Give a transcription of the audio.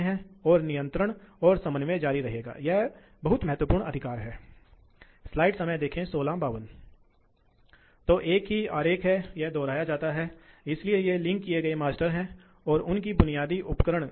एक फैन पर प्रति माह 25000 रुपये की बचत अब सवाल यह है कि क्या यह उचित है इसलिए क्या यह उचित है कि ऊर्जा के संरक्षण पहलू के अलावा ऊर्जा के कुशल होने की जरूरत है इस पर निर्भर करेगा देखें क्योंकि जीवाश्म ईंधन हमेशा के लिए नहीं रहने वाला है अगर आप उन चीजों को नजरअंदाज करते हैं